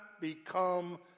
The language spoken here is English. become